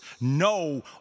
No